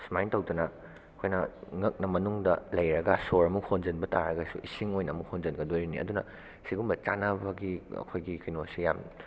ꯁꯨꯃꯥꯏꯅ ꯇꯧꯗꯅ ꯑꯩꯈꯣꯏꯅ ꯉꯛꯅ ꯃꯅꯨꯡꯗ ꯂꯩꯔꯒ ꯁꯣꯔ ꯑꯃꯨꯛ ꯍꯣꯟꯖꯤꯟꯕ ꯇꯥꯔꯒꯁꯨ ꯏꯁꯤꯡ ꯑꯣꯏꯅ ꯑꯃꯨꯛ ꯍꯣꯟꯖꯤꯟꯒꯗꯧꯔꯤꯅꯤ ꯑꯗꯨꯅ ꯁꯤꯒꯨꯝꯕ ꯆꯥꯟꯅꯕꯒꯤ ꯑꯩꯈꯣꯏꯒꯤ ꯀꯩꯅꯣꯁꯦ ꯌꯥꯝ